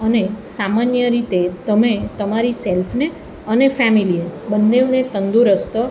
અને સામાન્ય રીતે તમે તમારી સેલ્ફને અને ફેમેલીને બંનેઊને તંદુરસ્ત